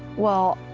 well,